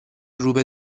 روبه